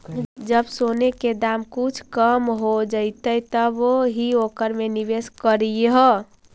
जब सोने के दाम कुछ कम हो जइतइ तब ही ओकरा में निवेश करियह